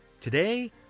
Today